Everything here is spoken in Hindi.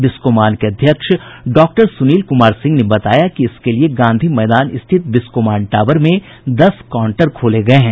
बिस्कोमान के अध्यक्ष डॉक्टर सुनील कुमार सिंह ने बताया कि इसके लिए गांधी मैदान स्थित बिस्कोमान टावर में दस काउंटर खोले गये हैं